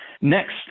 Next